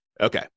Okay